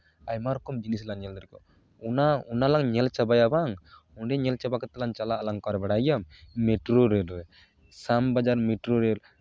ᱟᱭᱢᱟ ᱨᱚᱠᱚᱢ ᱡᱤᱱᱤᱥ ᱞᱟᱝ ᱧᱮᱞ ᱫᱟᱲᱮᱣ ᱠᱚᱣᱟ ᱚᱱᱟ ᱚᱱᱟ ᱞᱟᱝ ᱧᱮᱞ ᱪᱟᱵᱟᱭᱟ ᱵᱟᱝ ᱚᱸᱰᱮ ᱧᱮᱞ ᱪᱟᱵᱟ ᱠᱟᱛᱮᱫ ᱞᱟᱝ ᱪᱟᱞᱟᱜ ᱟᱞᱟᱝ ᱚᱠᱟᱨᱮ ᱵᱟᱲᱟᱭ ᱜᱮᱭᱟᱢ ᱢᱮᱴᱨᱳ ᱨᱮᱹᱞ ᱨᱮ ᱥᱟᱢ ᱵᱟᱡᱟᱨ ᱢᱮᱴᱨᱳ ᱨᱮᱹᱞ